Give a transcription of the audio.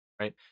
Right